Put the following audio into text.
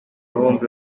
bombi